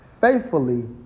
faithfully